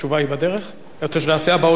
רוצה שנעשה הבעות עמדה נוספות לפני,